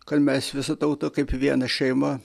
kad mes visa tauta kaip viena šeima